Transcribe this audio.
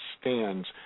stands